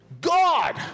God